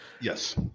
Yes